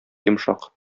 йомшак